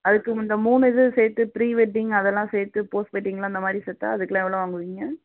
அதுக்கு இந்த மூணு இது சேர்த்து ப்ரீ வெட்டிங் அதெலாம் சேர்த்து போஸ்ட் வெட்டிங்கெலாம் அந்த மாதிரி சேர்த்தா அதுக்கெலாம் எவ்வளோ வாங்குவீங்க